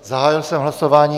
Zahájil jsem hlasování.